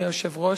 אדוני היושב-ראש,